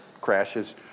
crashes